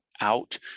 out